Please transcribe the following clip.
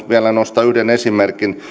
vielä nostaa yhden esimerkin